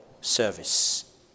service